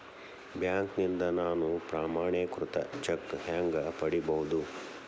ಬ್ಯಾಂಕ್ನಿಂದ ನಾನು ಪ್ರಮಾಣೇಕೃತ ಚೆಕ್ ಹ್ಯಾಂಗ್ ಪಡಿಬಹುದು?